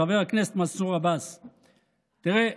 חבר הכנסת מנסור עבאס, תראה,